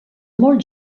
molt